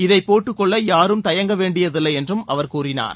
இதை போட்டுக்கொள்ள யாரும் தயங்கவேண்டியதில்லை என்றும் அவர் கூறினார்